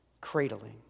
cradling